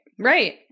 Right